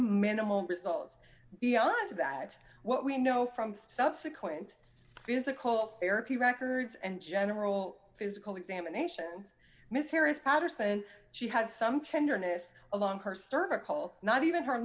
minimal results beyond that what we know from subsequent physical therapy records and general physical examination miss harris patterson she had some tenderness along her cervical not even her